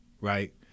right